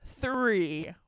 three